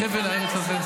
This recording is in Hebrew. לחבל הארץ הזה,